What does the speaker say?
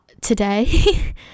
today